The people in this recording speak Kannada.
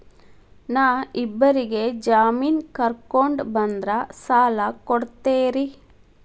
ನಾ ಇಬ್ಬರಿಗೆ ಜಾಮಿನ್ ಕರ್ಕೊಂಡ್ ಬಂದ್ರ ಸಾಲ ಕೊಡ್ತೇರಿ?